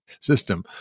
system